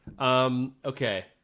Okay